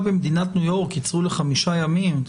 הברית רק במדינת ניו יורק קיצרו לחמישה ימים.